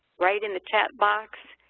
write in the chat box